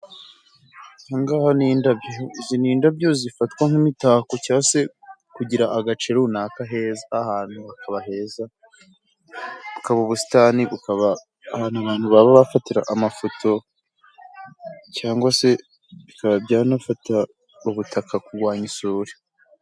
Aha ngaha ni indabyo. Izi ni indabyo zifatwa nk'imitako cya se kugira agace runaka heza, ahantu hakaba heza. Hakaba ubusitani bukaba ahantu abantu baba bafatira amafoto, cyangwa se bikaba byanafasha ubutaka kurwanya isuri.